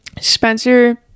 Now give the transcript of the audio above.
Spencer